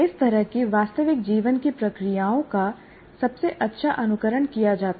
इस तरह की वास्तविक जीवन की प्रक्रियाओं का सबसे अच्छा अनुकरण किया जाता है